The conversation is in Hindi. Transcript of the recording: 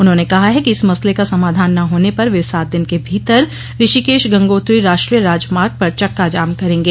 उन्होंने कहा है कि इस मसले का समाधान न होने पर वे सात दिन के भीतर ऋषिकेश गंगोत्री राष्ट्र ी य राजमार्ग पर चक्का जाम करेंगे